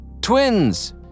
Twins